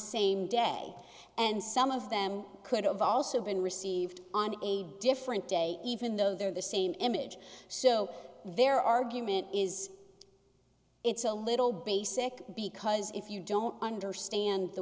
same day and some of them could have also been received on a different day even though they're the same image so their argument is it's a little basic because if you don't understand the